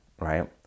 right